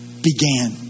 began